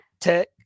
Tech